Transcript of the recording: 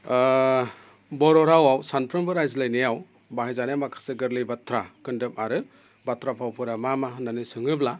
बर' रावआव सानफ्रोमबो रायज्लायनायाव बाहायजानाय माखासे गोरलै बाथ्रा खोनदोब आरो बाथ्रा भावफोरा मा मा होननानै सोङोब्ला